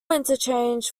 interchange